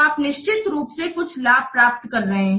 तो आप निश्चित रूप से कुछ लाभ प्राप्त कर रहे हैं